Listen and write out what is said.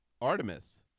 Artemis